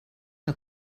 que